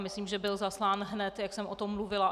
Myslím, že byl zaslán hned, jak jsem o tom mluvila.